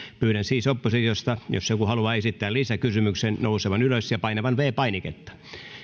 pyydän siis oppositiosta jos joku haluaa esittää lisäkysymyksen nousemaan ylös ja painamaan viides painiketta